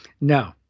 No